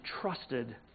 trusted